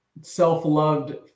self-loved